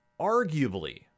arguably